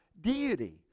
deity